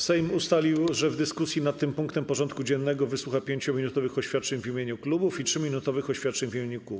Sejm ustalił, że w dyskusji nad tym punktem porządku dziennego wysłucha 5-minutowych oświadczeń w imieniu klubów i 3-minutowych oświadczeń w imieniu kół.